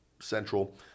Central